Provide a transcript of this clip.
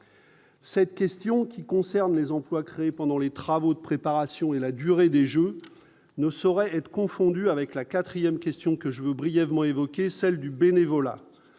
Cette question qui concerne les emplois créés pendant les travaux de préparation et la durée des Jeux ne saurait être confondue avec la 4ème question que je veux, brièvement évoquée, celle du bénévolat,